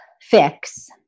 fix